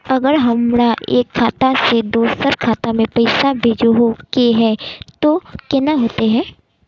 अगर हमरा एक खाता से दोसर खाता में पैसा भेजोहो के है तो केना होते है?